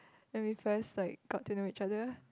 when we first like got to know each other